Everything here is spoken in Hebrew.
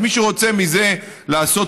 אז מי שרוצה מזה לעשות